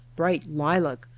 bright lilac,